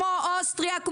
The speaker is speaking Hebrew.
כמו אוסטריה,